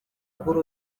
kuri